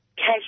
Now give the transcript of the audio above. cash